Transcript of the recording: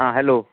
आं हॅलो